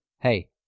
hey